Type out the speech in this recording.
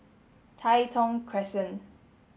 Tai Thong Crescent